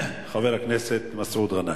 חבר הכנסת מסעוד גנאים.